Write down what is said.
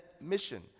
mission